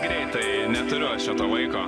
greitai neturiu laiko